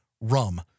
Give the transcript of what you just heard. rum